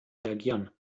reagieren